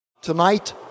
Tonight